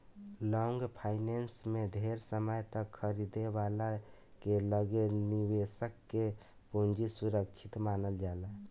long finance में ढेर समय तक खरीदे वाला के लगे निवेशक के पूंजी सुरक्षित मानल जाला